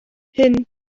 hyn